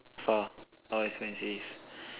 far how expensive